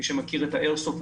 מי שמכיר את האיירסופט,